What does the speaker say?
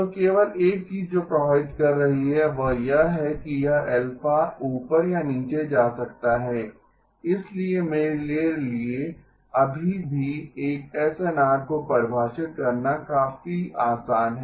तो केवल एक चीज जो प्रभावित कर रही है वह यह है यह α ऊपर या नीचे जा सकता है इसलिए मेरे लिए अभी भी एक एसएनआर को परिभाषित करना काफी आसान है